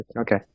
Okay